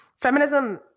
feminism